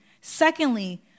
Secondly